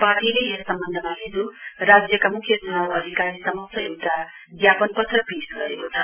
पार्टीले यस सम्वन्धमा हिजो राज्यका मुख्य चुनाउ अधिकारी समक्ष एउटा ज्ञापनपत्र पेश गरेको छ